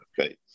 Okay